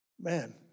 Man